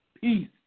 Peace